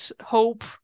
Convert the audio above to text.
hope